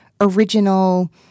original